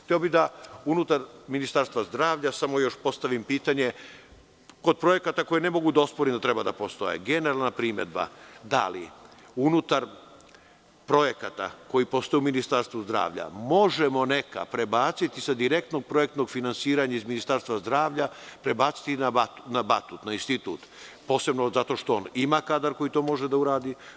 Hteo bih da unutar Ministarstva zdravlja postavim pitanje, kod projekata koje ne mogu da osporim da treba da postoje, generalna primedba da li unutar projekata koji postoje u Ministarstvu zdravlja možemo neka prebaciti sa direktnog projektnog finansiranja iz Ministarstva zdravlja na Institut „Batut“, posebno zato što on ima kadar koji to može da uradi?